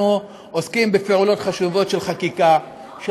אנחנו עוסקים בפעולות חשובות של חקיקה של